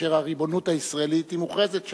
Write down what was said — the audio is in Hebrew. כאשר הריבונות הישראלית מוכרזת שם.